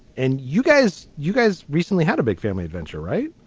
and you guys you guys recently had a big family adventure right